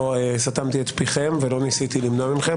לא סתמתי את פיכם ולא ניסיתי למנוע מכם.